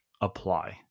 apply